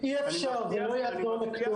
אי אפשר, זה לא יעזור לכלום.